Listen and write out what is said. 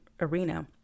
arena